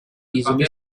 easily